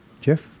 Jeff